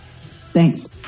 Thanks